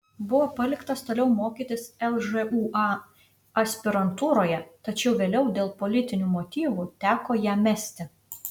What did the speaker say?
buvo paliktas toliau mokytis lžūa aspirantūroje tačiau vėliau dėl politinių motyvų teko ją mesti